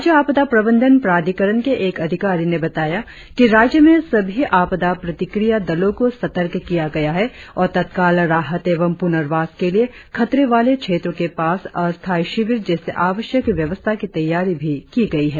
राज्य आपदा प्रबंधन प्राधिकारण के एक अधिकारी ने बताया कि राज्य में सभी आपदा प्रतिक्रिया दलों को सतर्क किया गया है और तत्काल राहत एवं प्रनर्वास के लिए खतरे वाले क्षेत्रों के पास अस्थायी शिविर जैसे आवश्यक व्यवस्था की तैयारी भी की गई है